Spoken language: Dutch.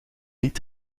liet